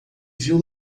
viu